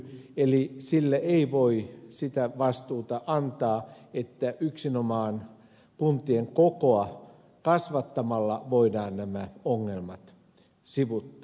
eli sille ei voi sitä vastuuta antaa että yksinomaan kuntien kokoa kasvattamalla voidaan nämä ongelmat sivuuttaa